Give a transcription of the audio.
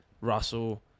Russell